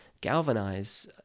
galvanize